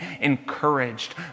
encouraged